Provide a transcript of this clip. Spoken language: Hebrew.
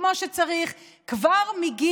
כמו שצריך,